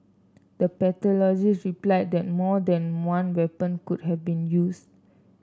the pathologist replied that more than one weapon could have been used